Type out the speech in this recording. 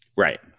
Right